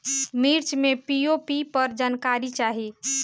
मिर्च मे पी.ओ.पी पर जानकारी चाही?